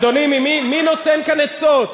אדוני, מי נותן כאן עצות?